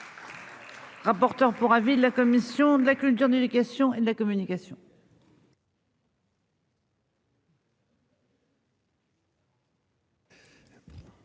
Rapporteur pour avis de la commission de la culture l'éducation et de la communication.